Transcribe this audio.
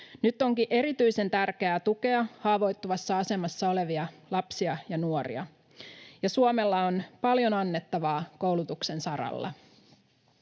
Nyt onkin erityisen tärkeää tukea haavoittuvassa asemassa olevia lapsia ja nuoria, ja Suomella on paljon annettavaa koulutuksen saralla.